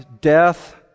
death